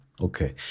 Okay